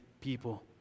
people